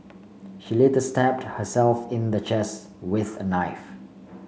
she later stabbed herself in the chest with a knife